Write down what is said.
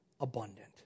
abundant